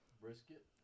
brisket